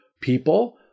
people